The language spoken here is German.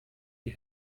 die